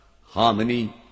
harmony